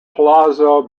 palazzo